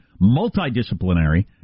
multidisciplinary